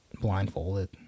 blindfolded